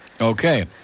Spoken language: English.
Okay